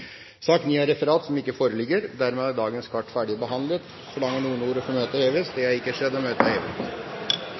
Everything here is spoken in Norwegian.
sak nr. 8. Da er vi klare til å gå til votering. Det foreligger ikke noe referat. Dermed er dagens kart ferdigbehandlet. Forlanger noen ordet før møtet heves? – Møtet er hevet.